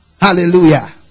Hallelujah